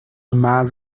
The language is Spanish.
más